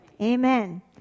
Amen